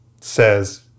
says